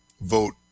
vote